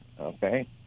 Okay